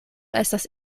estas